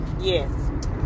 Yes